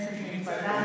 כנסת נכבדה,